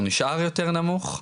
הוא נשאר יותר נמוך.